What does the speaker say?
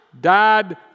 died